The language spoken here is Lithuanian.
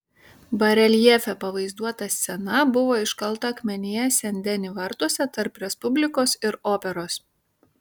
bareljefe pavaizduota scena buvo iškalta akmenyje sen deni vartuose tarp respublikos ir operos